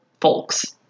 folks